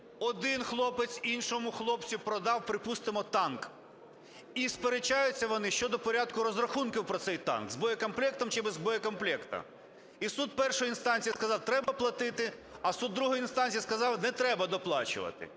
Один хлопець іншому хлопцю продав, припустимо, танк. І сперечаються вони щодо порядку розрахунків про цей танк, з боєкомплектом чи без боєкомплекту. І суд першої інстанції сказав - треба платити, а суд другої інстанції сказав - не треба доплачувати,